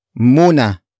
Muna